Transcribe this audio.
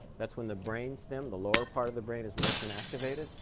that's when the brain stem the lower part of the brain is most inactivated.